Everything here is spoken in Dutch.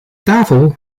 tafel